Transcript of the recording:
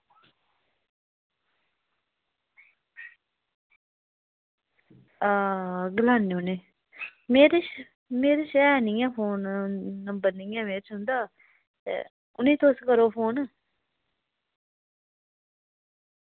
आं गलाने होने मेरे श ऐ निं ऐ फोन नंबर उंदा ते उनेंगी तुस करो फोन